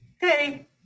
hey